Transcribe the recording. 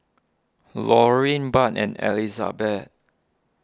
Laureen Budd and Elizabeth